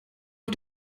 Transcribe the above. auf